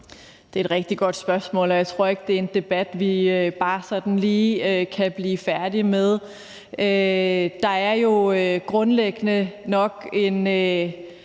Det er et rigtig godt spørgsmål, og jeg tror ikke, det er en debat, vi bare sådan lige kan blive færdige med. Der er jo nok grundlæggende et